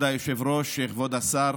השר גדעון סער,